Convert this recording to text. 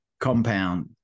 compound